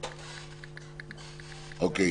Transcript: אוקיי.